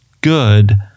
good